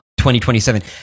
2027